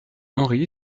henri